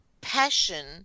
passion